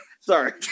sorry